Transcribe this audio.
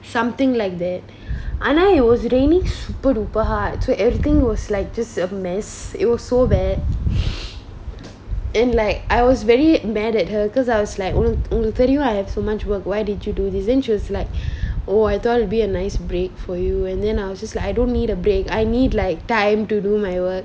something like that ஆனா:aana it was really super duper hard so everything was like just a mess it was so bad and like I was very mad at her cause I was like mm mm tell you I have so much work why did you do this then she was like oh I thought it would be a nice break for you and then I was just like I don't need a break I need like time to do my work